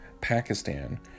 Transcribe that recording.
Pakistan